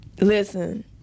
listen